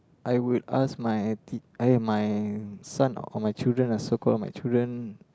I would ask my tea~ eh my son or my children ah so called my children